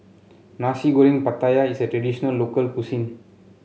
Nasi Goreng Pattaya is a traditional local cuisine